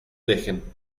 dejen